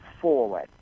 forward